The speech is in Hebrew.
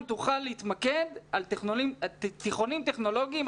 אם תוכל להתמקד על תיכונים טכנולוגיים,